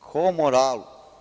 Kom moralu?